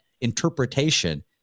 interpretation